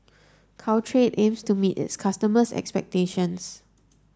Caltrate aims to meet its customers' expectations